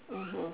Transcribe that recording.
mmhmm